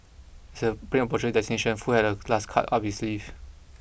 as the plane approached its destination Foo had a last card up his sleeve